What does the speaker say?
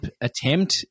attempt